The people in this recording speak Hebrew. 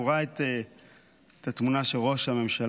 הוא ראה את התמונה של ראש הממשלה,